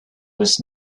was